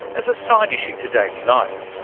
as a side issue to daily life,